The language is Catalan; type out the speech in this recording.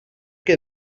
què